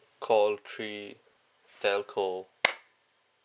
call three telco